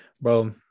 Bro